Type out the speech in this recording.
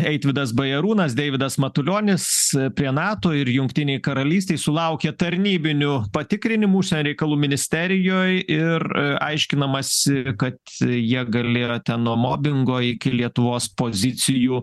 eitvydas bajarūnas deividas matulionis prie nato ir jungtinėj karalystėj sulaukė tarnybinių patikrinimų reikalų ministerijoj ir aiškinamasi kad jie galėjo ten nuo mobingo iki lietuvos pozicijų